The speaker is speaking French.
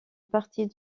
partie